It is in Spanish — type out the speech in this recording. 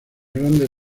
grandes